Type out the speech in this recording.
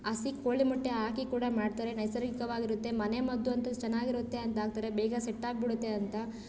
ಹಸಿ ಕೋಳಿ ಮೊಟ್ಟೆ ಹಾಕಿ ಕೂಡ ಮಾಡ್ತಾರೆ ನೈಸರ್ಗಿಕವಾಗಿರುತ್ತೆ ಮನೆಮದ್ದು ಅಂತ ಚೆನ್ನಾಗಿರುತ್ತೆ ಅಂತ ಹಾಕ್ತಾರೆ ಬೇಗ ಸೆಟ್ಟಾಗಿಬಿಡುತ್ತೆ ಅಂತ